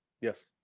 Yes